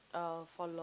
uh for Law